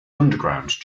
underground